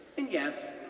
and, yes,